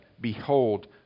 Behold